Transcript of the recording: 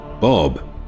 Bob